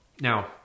Now